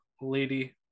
Lady